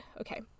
okay